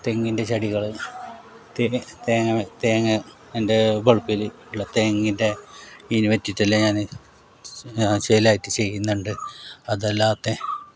തെങ്ങിൻ്റെ ചെടികൾ തേങ്ങ തേങ്ങ എൻ്റെ വളപ്പിൽ ഉള്ള തെങ്ങിൻ്റെ ഈന് പ്റ്റീറ്റല്ലം ഞാന് ചേലായിട്ട് ചെയ്യുന്നുണ്ട് അതല്ലാത്ത